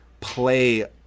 play